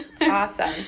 Awesome